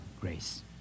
grace